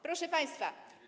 Proszę państwa.